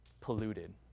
polluted